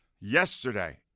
Yesterday